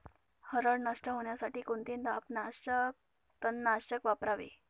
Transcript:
हरळ नष्ट होण्यासाठी कोणते तणनाशक वापरावे?